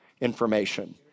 information